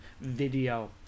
video